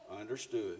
Understood